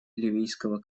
ливийского